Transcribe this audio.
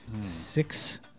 Six